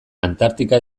antartika